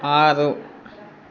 ಆರು